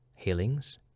healings